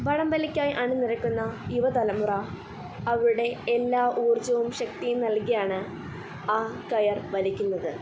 വടം വലിക്കായി അണി നിരക്കുന്ന യുവ തലമുറ അവരുടെ എല്ലാ ഊർജ്ജവും ശക്തിയും നൽകിയാണ് ആ കയർ വലിക്കുന്നത്